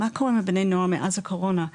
מה קורה עם בני הנוער מאז הקורונה?